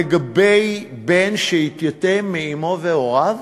לגבי בן שהתייתם מאמו או מהוריו: